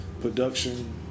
production